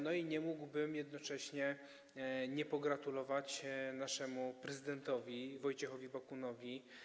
Nie mógłbym jednocześnie nie pogratulować naszemu prezydentowi Wojciechowi Bakunowi.